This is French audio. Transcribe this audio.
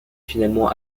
finalement